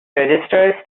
registers